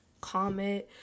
comment